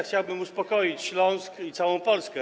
Chciałbym uspokoić Śląsk i całą Polskę.